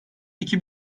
iki